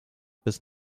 bis